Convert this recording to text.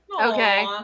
Okay